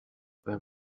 when